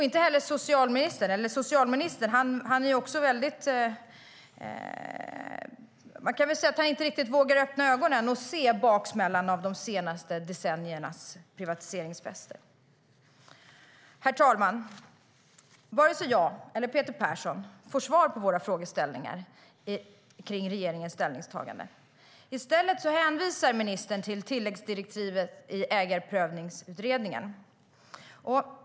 Beträffande socialministern kan man säga att han inte riktigt vågar öppna ögonen och se baksmällan av de senaste årens privatiseringsfester. Herr talman! Varken jag eller Peter Persson får svar på våra frågor om regeringens ställningstagande. I stället hänvisar ministern till tilläggsdirektivet i Ägarprövningsutredningen.